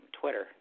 Twitter